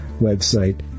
website